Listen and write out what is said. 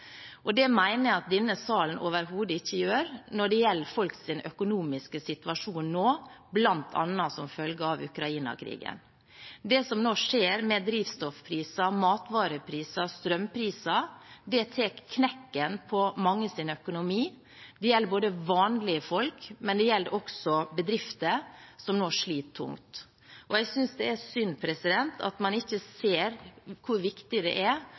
og det mener jeg at denne salen overhodet ikke gjør når det gjelder folks økonomiske situasjon nå, bl.a. som følge av Ukraina-krigen. Det som nå skjer med drivstoffpriser, matvarepriser og strømpriser, tar knekken på manges økonomi. Det gjelder både vanlige folk, og det gjelder bedrifter, som nå sliter tungt. Jeg synes det er synd at man ikke ser hvor viktig det er,